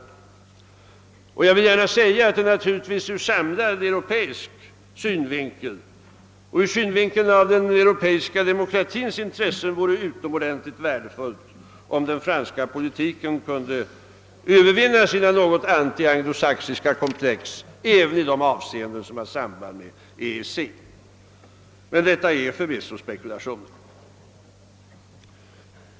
Ur samlad europeisk synvinkel och med tanke på den europeiska demokratins intresse över huvud taget vore det naturligtvis utomordentligt värdefullt, om den franska politiken kunde övervinna sina något antianglosaxiska komplex även i de avseenden som har samband med EEC. Men detta är förvisso spekulationer.